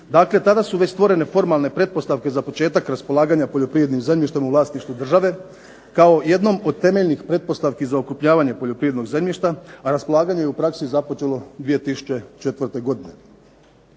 Dakle tada su već stvorene formalne pretpostavke za početak raspolaganja poljoprivrednim zemljištem u vlasništvu države, kao jednom od temeljnih pretpostavki za okrupnjavanje poljoprivrednog zemljišta, a raspolaganje je u praksi započelo 2004. godine.